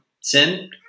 sin